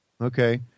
Okay